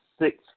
six